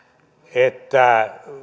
että